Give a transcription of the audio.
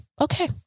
okay